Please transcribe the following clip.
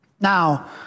Now